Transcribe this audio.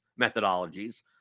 methodologies